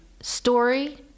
story